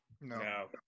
No